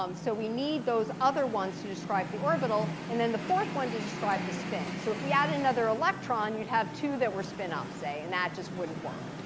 um so we need those other ones to describe the orbital and then the fourth one to describe the spin. so if we add another electron, you'd have two that were spin up, say and that just wouldn't work.